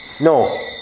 No